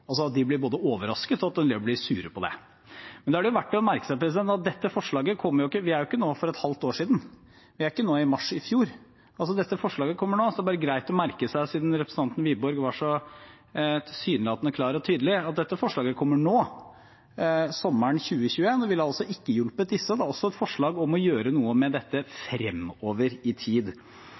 en del blir sure for det. Men da er det verdt å merke seg at dette forslaget – vi er ikke nå for et halvt år siden, vi er ikke nå i mars i fjor – kommer nå. Det er greit å merke seg siden representanten Wiborg var så tilsynelatende klar og tydelig, at dette forslaget kommer nå, sommeren 2021, og ville altså ikke hjulpet disse. Det er også et forslag om å gjøre noe med dette fremover i tid.